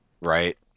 right